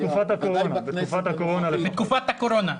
בתקופת הקורונה.